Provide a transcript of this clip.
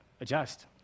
adjust